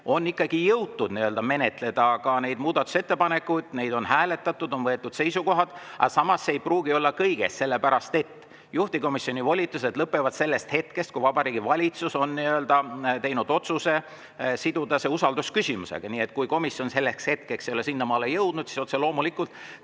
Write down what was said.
ikkagi jõutud menetleda neid muudatusettepanekuid, neid on hääletatud, on võetud seisukohad. Aga samas ei pruugi olla [menetletud] kõiki, sellepärast et juhtivkomisjoni volitused lõpevad sellest hetkest, kui Vabariigi Valitsus on teinud otsuse siduda [eelnõu] usaldusküsimusega. Kui komisjon selleks hetkeks ei ole sinnamaale jõudnud, siis otse loomulikult